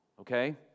Okay